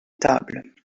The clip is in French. table